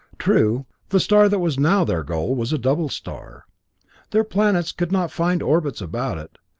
true, the star that was now their goal was a double star their planets could not find orbits about it,